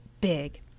big